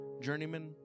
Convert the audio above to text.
Journeyman